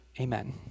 Amen